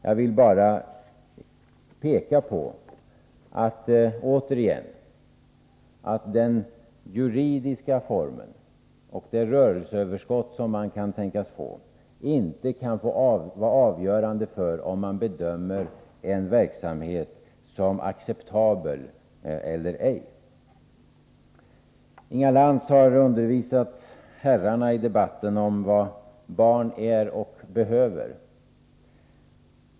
Jag vill återigen bara peka på att den juridiska formen och det rörelseöverskott man kan tänkas få inte kan vara avgörande för om man 119 bedömer en verksamhet som acceptabel eller inte. Inga Lantz har undervisat herrarna i debatten om vad barn är och behöver.